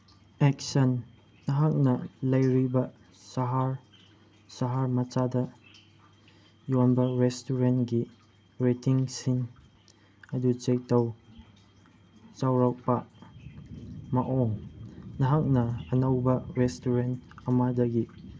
action ꯅꯍꯥꯛꯅ ꯂꯩꯔꯤꯕ ꯁꯍꯔ ꯁꯍꯔ ꯃꯆꯥꯗ ꯌꯣꯟꯕ ꯔꯦꯁꯇꯨꯔꯦꯟꯒꯤ ꯔꯦꯇꯤꯡꯁꯤꯡ ꯑꯗꯨ ꯆꯦꯛ ꯇꯧ ꯆꯥꯎꯔꯥꯛꯄ ꯃꯑꯣꯡ ꯅꯍꯥꯛꯅ ꯑꯅꯧꯕ ꯔꯦꯁꯇꯨꯔꯦꯟ ꯑꯃꯗꯒꯤ